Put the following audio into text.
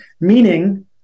Meaning